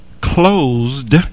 closed